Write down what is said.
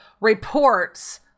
reports